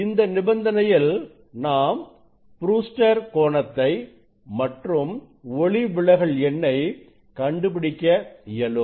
இந்த நிபந்தனையில் நாம் ப்ரூஸ்டர் கோணத்தை மற்றும் ஒளிவிலகல் எண்ணை கண்டுபிடிக்க இயலும்